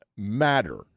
Matter